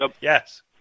Yes